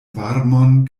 varmon